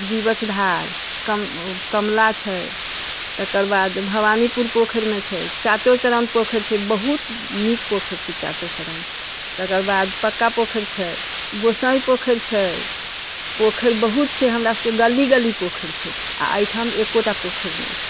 जीबछ धार कमला छै तकर बाद भवानीपुर पोखरिमे छै चातो चरण पोखरि छै बहुत नीक पोखरि छै चातो चरण तकर बाद पक्का पोखरि छै गोसाइ पोखरि छै पोखरि बहुत छै हमरा सबके गली गली पोखरि छै आओर अइठाम एको टा पोखरि नहि छै